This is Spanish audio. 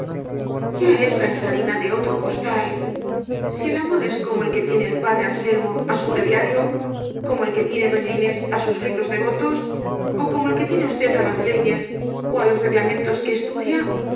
esa es harina de otro costal si el amor es como el que tiene el padre anselmo á su brevia rio como el que tiene doña inés á sus libros de votos ó como el que tiene usted á las leyes ó á los reglamentos que estudia